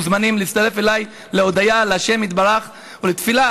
מוזמנים אלי להודיה לה' יתברך ולתפילה